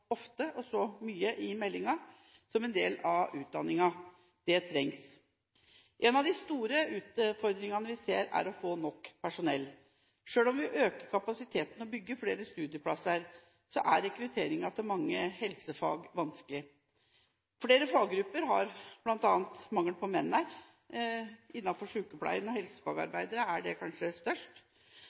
ofte og så mye i meldingen. Det trengs. En av de store utfordringene vi ser, er å få nok personell. Selv om vi øker kapasiteten og bygger flere studieplasser, er rekrutteringen til mange helsefag vanskelig. Flere faggrupper har bl.a. mangel på menn, kanskje mest blant sykepleiere og helsefagarbeidere. Mange er